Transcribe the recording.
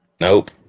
Nope